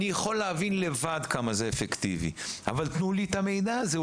אני יכול להבין לבד כמה זה אפקטיבי אבל תנו לי את המידע הזה,